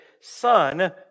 Son